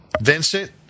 Vincent